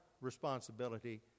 responsibility